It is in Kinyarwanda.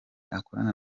yakora